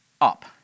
up